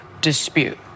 dispute